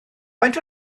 faint